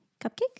Cupcake